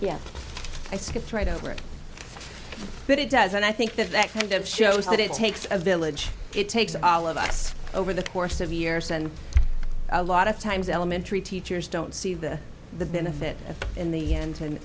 yeah i skipped right over it but it does and i think that that kind of shows that it takes a village it takes all of us over the course of years and a lot of times elementary teachers don't see the the benefit in the end and